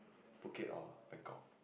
Phuket or Bangkok